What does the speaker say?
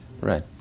right